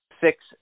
six